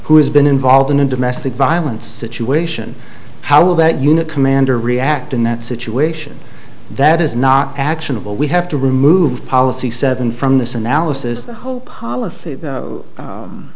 has been involved in a domestic violence situation how will that unit commander react in that situation that is not actionable we have to remove policy seven from this analysis the whole policy